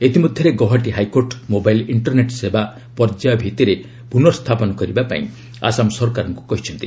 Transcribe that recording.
ଇତିମଧ୍ୟରେ Guwahati high court mobile internet ସେବା ପର୍ଯ୍ୟାୟ ଭିତ୍ତିରେ ପୁର୍ନସ୍ଥାପନ କରିବା ପାଇଁ ଆସାମ ସରକାରଙ୍କୁ କହିଛନ୍ତି